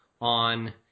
on